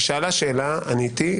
היא שאלה שאלה עניתי,